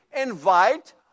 invite